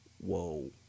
Whoa